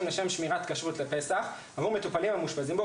לשם שמירת כשרות לפסח עבור מטופלים המאושפזים בו,